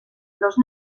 los